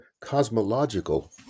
cosmological